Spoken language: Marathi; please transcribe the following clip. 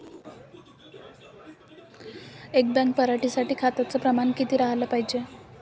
एक बॅग पराटी साठी खताचं प्रमान किती राहाले पायजे?